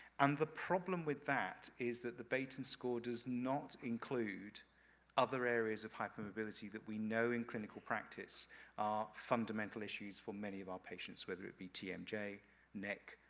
and the problem with that, is that the beighton score does not include other areas of hypermobility that we know in clinical practice are fundamental issues for many of our patients. whether it be tmj, neck,